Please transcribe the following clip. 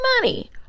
money